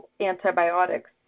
antibiotics